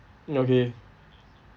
okay